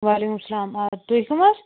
وعلیکُم السَلام آ تُہۍ کٕم حظ